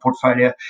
portfolio